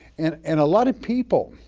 and and a lot of people,